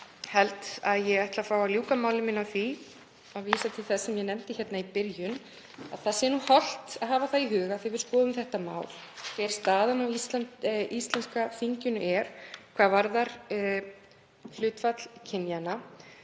sumt. Ég ætla að fá að ljúka máli mínu á því að vísa til þess sem ég nefndi hér í byrjun, að hollt sé að hafa það í huga, þegar við skoðum þetta mál, hver staðan á íslenska þinginu er hvað varðar hlutfall kynjanna